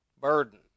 burden